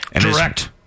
Direct